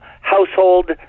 household